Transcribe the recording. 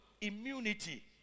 immunity